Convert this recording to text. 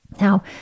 now